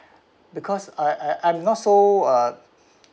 because I I'm not so uh